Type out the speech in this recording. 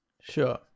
sure